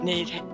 need